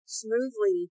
smoothly